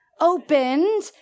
Opened